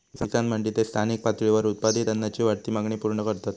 किसान मंडी ते स्थानिक पातळीवर उत्पादित अन्नाची वाढती मागणी पूर्ण करतत